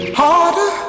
harder